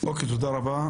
תודה רבה.